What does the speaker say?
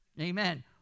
Amen